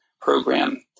program